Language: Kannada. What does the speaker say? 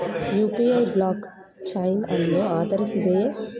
ಯು.ಪಿ.ಐ ಬ್ಲಾಕ್ ಚೈನ್ ಅನ್ನು ಆಧರಿಸಿದೆಯೇ?